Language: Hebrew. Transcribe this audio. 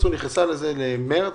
נכנסה לזה במרס.